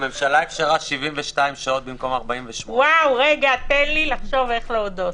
הממשלה אפשרה 72 שעות במקום 48. תן לי לחשוב איך להודות.